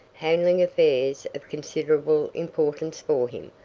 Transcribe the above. handling affairs of considerable importance for him,